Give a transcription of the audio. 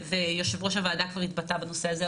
ויושב-ראש הוועדה כבר התבטא בנושא הזה.